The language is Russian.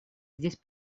здесь